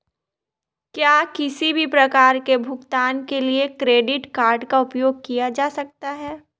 क्या किसी भी प्रकार के भुगतान के लिए क्रेडिट कार्ड का उपयोग किया जा सकता है?